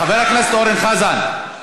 חבר הכנסת אורן חזן,